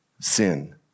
Sin